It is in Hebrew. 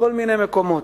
בכל מיני מקומות.